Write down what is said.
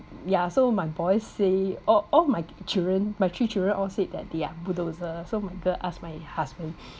ya so my boy say all all my children my three children all said that they are bulldozer so my girl asked my husband